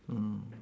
mm